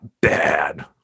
bad